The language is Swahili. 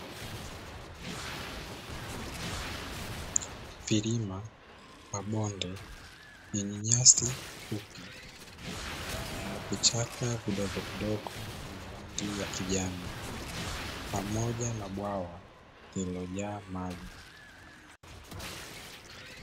Vilima, mabonde vyenye nyasi fupi na vichaka vidogo vidogo vya rangi ya kijani, pamoja na bwawa lililojaa maji.